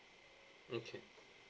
okay